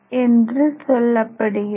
என்று சொல்லப்படுகிறது